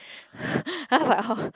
i was like how